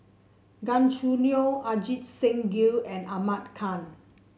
Gan Choo Neo Ajit Singh Gill and Ahmad Khan